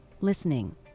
listening